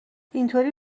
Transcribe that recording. اینطوری